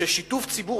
כששיתוף ציבור,